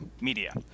media